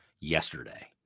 yesterday